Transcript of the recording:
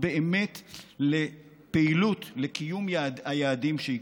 באמת לפעילות לקיום היעדים שייקבעו.